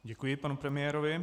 Děkuji panu premiérovi.